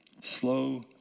slow